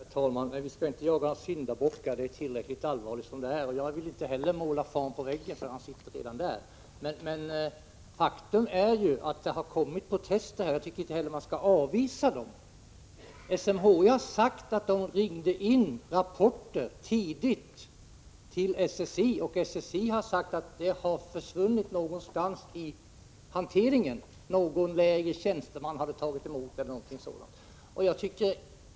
Herr talman! Vi skall inte jaga syndabockar — det är tillräckligt allvarligt som det är. Jag vill inte heller måla fan på väggen, för han sitter redan där. Faktum är ju att det har kommit protester, som jag tycker att man inte skall avvisa. SMHI har uppgett att man tidigt ringde in rapporter till SSI. Och SSI har sagt att dessa har försvunnit någonstans i hanteringen efter det att någon lägre tjänsteman, eller vem det var, hade tagit emot dem.